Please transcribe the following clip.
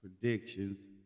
predictions